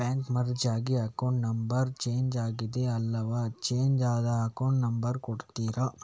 Bank merge ಆಗಿ account number change ಆಗಿದೆ ಅಲ್ವಾ, ಚೇಂಜ್ ಆದ ಅಕೌಂಟ್ ನಂಬರ್ ಕೊಡ್ತೀರಾ?